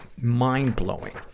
mind-blowing